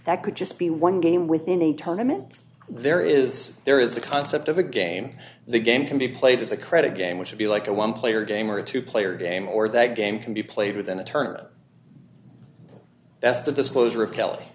that could just be one game within the tournaments there is there is a concept of a game the game can be played as a credit game which should be like a one player game or two player game or that game can be played with an attorney that's the disclosure of kelly